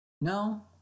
No